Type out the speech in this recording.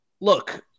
Look